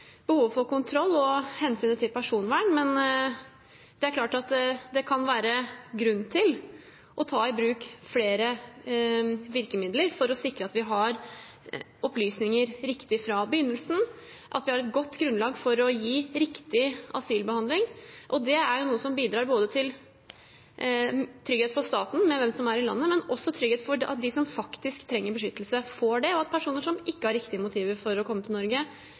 behovet for kontroll og hensynet til personvern. Men det er klart at det kan være grunn til å ta i bruk flere virkemidler for å sikre at vi har opplysninger riktig fra begynnelsen, at vi har et godt grunnlag for å gi riktig asylbehandling. Det er noe som bidrar til trygghet for staten med hensyn til hvem som er i landet, men også trygghet for at de som faktisk trenger beskyttelse, får det, og at personer som ikke har riktige motiver for å komme til Norge,